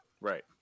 Right